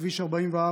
בכביש 44,